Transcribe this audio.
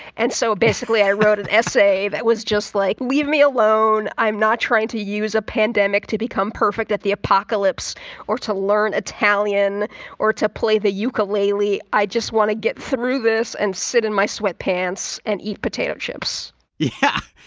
and so basically, i wrote an essay that was just like, leave me alone. i'm not trying to use a pandemic to become perfect at the apocalypse or to learn italian or to play the ukulele. i just want to get through this and sit in my sweatpants and eat potato chips yeah.